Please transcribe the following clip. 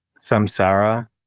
Samsara